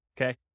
okay